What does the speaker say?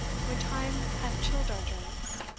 when time hath chilled our joints,